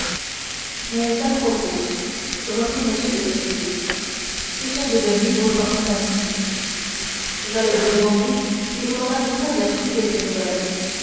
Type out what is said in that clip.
mais à propos reprit m de tréville que sont devenus vos trois compagnons j'allais vous demander si vous n'en aviez pas appris quelques nouvelles